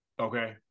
okay